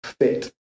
fit